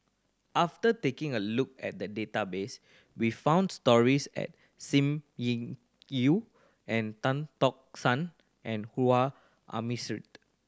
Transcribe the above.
after taking a look at the database we found stories at Sim Yi Yew and Tan Tock San and Harun Aminurrashid